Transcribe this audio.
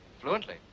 Fluently